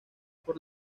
por